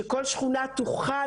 שכל שכונה תוכל,